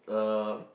uh